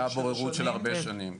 היה בוררות של הרבה שנים.